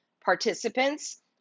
participants